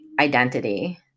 identity